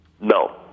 No